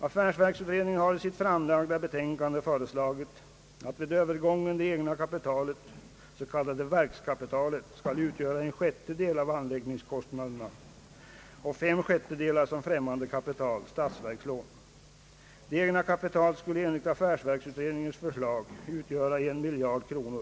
Affärsverksutredningen har i sitt framlagda betänkande föreslagit att det egna kapitalet eller det s.k. verkskapitalet skall vid denna övergång utgöra en sjättedel av anläggningskostnaderna och att fem sjättedelar skall utgöras av främmande kapital, statsverkslån. Det egna kapitalet skulle enligt affärsverksutredningens förslag utgöra en miljard kronor.